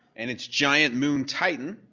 and its giant moon, titan,